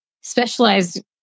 specialized